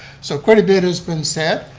so quite a bit has been said.